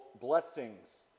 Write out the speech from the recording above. blessings